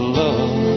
love